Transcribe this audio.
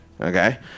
okay